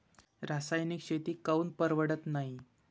रासायनिक शेती काऊन परवडत नाई?